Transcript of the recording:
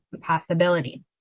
possibility